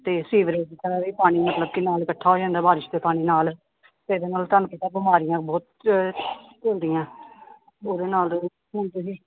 ਅਤੇ ਸੀਵਰੇਜ ਦਾ ਵੀ ਪਾਣੀ ਮਤਲਬ ਕਿ ਨਾਲ ਇਕੱਠਾ ਹੋ ਜਾਂਦਾ ਬਾਰਿਸ਼ ਦੇ ਪਾਣੀ ਨਾਲ ਅਤੇ ਇਹਦੇ ਨਾਲ ਤੁਹਾਨੂੰ ਪਤਾ ਬਿਮਾਰੀਆਂ ਬਹੁਤ ਉਹਦੇ ਨਾਲ